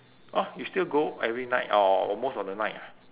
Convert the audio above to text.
oh you still go every night or or most of the night ah